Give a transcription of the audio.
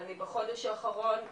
אני בחודש האחרון,